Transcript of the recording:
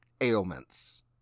ailments